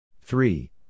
three